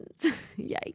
Yikes